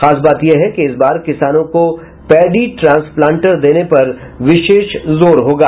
खास बात यह है कि इस बार किसानों को पैडी ट्रांसप्लांटर देने पर विशेष जोर होगा